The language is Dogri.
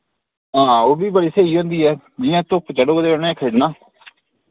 हां ओह् बि बड़ी स्हेई होंदी ऐ जि'यां धुप्प चढ़ग ते उनै खिड़ना